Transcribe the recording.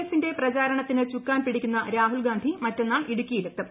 എഫിന്റെ പ്രചാരണത്തിന് ചുക്കാൻപിടിക്കുന്ന രാഹുൽഗാന്ധി മറ്റന്നാൾ ഇടുക്കിയിലെത്തും